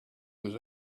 was